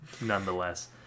nonetheless